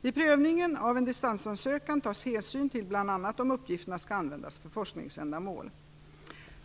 Vid prövningen av en dispensansökan tas bl.a. hänsyn till om uppgifterna skall användas för forskningsändamål.